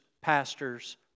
pastors